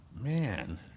man